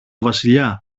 βασιλιά